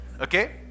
okay